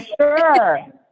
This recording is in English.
sure